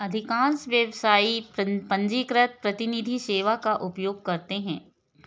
अधिकांश व्यवसायी पंजीकृत प्रतिनिधि सेवा का उपयोग करते हैं